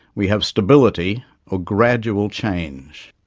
we have stability or gradual change.